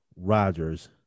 Rodgers